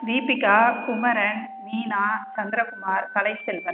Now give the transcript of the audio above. Deepika Kumaran Meena Chandrakumar Kalaiselvan